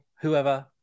whoever